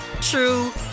true